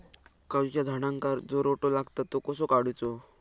काजूच्या झाडांका जो रोटो लागता तो कसो काडुचो?